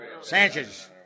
Sanchez